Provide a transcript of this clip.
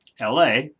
LA